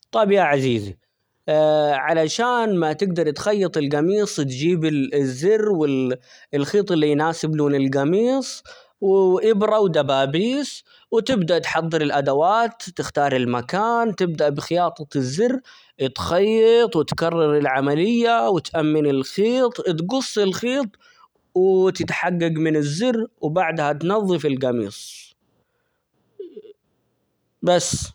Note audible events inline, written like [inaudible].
طب يا عزيزي [hesitation] علشان ما تقدر تخيط القميص تجيب الزر -وال- والخيط اللي يناسب لون القميص ،-و-وإبرة، ودبابيس، وتبدأ تحضر الأدوات تختار المكان، تبدأ بخياطة الزر ، اتخيط ، وتكرر العملية ،وتأمن الخيط، اتقص الخيط ،-و-وتتحقق من الزر وبعدها تنظف القميص بس.